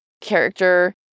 character